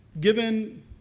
Given